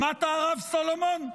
שמעת, הרב סולומון?